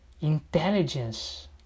intelligence